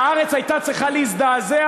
והארץ הייתה צריכה להזדעזע